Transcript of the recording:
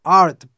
art